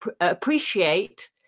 appreciate